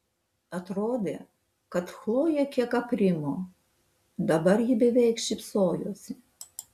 atrodė kad chlojė kiek aprimo dabar ji beveik šypsojosi